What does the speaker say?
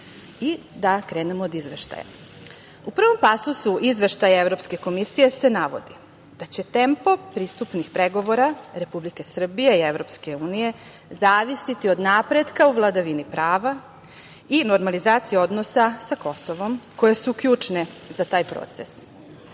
Da krenem od izveštaja.U prvom pasusu Izveštaja Evropske komisije se navodi da će tempo pristupnih pregovora Republike Srbije i EU zavisiti od napretka vladavine prava i normalizacije odnosa sa Kosovom koje su ključne za taj proces.